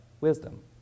wisdom